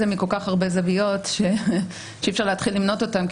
מכל כך הרבה זוויות שאי-אפשר להתחיל למנות אותן,